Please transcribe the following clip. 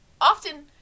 often